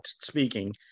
speaking